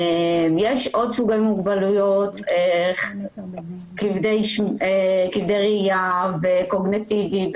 יש עוד סוגי מוגבלויות כמו כבדי ראייה ולקויות קוגניטיביות,